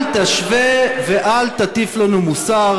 אל תשווה, ואל תטיף לנו מוסר,